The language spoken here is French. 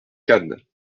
cannes